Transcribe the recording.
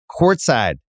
courtside